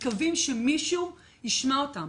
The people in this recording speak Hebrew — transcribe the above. מקווים שמישהו ישמע אותם.